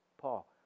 Paul